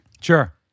Sure